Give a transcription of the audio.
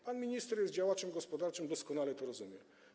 Pan minister jest działaczem gospodarczym, doskonale to rozumie.